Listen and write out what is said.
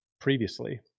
previously